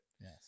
Yes